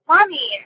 Mommy